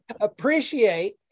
Appreciate